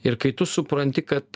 ir kai tu supranti kad